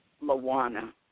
Moana